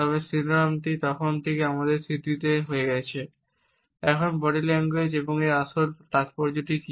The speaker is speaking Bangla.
তবে শিরোনামটি তখন থেকেই আমাদের স্মৃতিতে রয়ে এখন বডি ল্যাঙ্গুয়েজ এর আসল তাৎপর্যটি কি